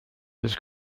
his